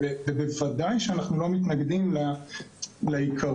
ובוודאי שאנחנו לא מתנגדים לעיקרון.